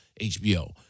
HBO